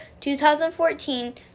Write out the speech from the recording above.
2014